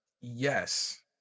yes